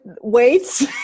weights